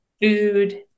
food